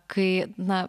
kai na